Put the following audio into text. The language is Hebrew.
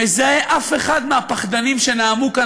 לא מזהה אף אחד מהפחדנים שנאמו כאן